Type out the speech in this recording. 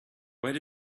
where